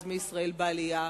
אז מישראל בעלייה,